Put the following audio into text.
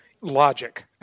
logic